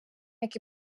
які